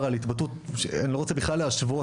על התבטאות אני לא רוצה בכלל להשוות,